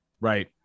Right